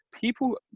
People